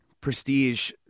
Prestige